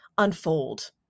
unfold